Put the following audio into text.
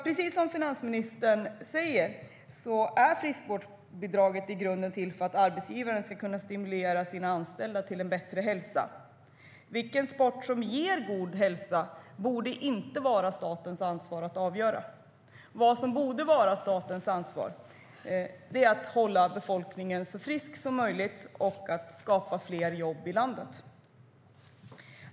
Precis som finansministern säger är friskvårdsbidraget i grunden till för att arbetsgivaren ska kunna stimulera sina anställda till en bättre hälsa. Vilken sport som ger god hälsa borde inte vara statens ansvar att avgöra. Vad som borde vara statens ansvar är att hålla befolkningen så frisk som möjligt och att skapa fler jobb i landet.